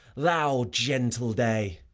thou gentle day.